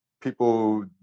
people